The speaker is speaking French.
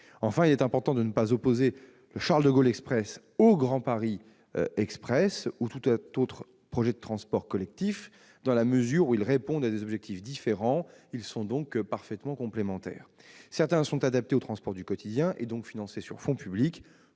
Enfin, il est important de ne pas opposer le Charles de Gaulle Express au Grand Paris Express, ou à tout autre projet de transports collectifs. Ces infrastructures répondent à des objectifs différents et sont donc parfaitement complémentaires. Certaines sont adaptées aux transports du quotidien, et donc financées sur fonds publics.